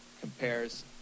compares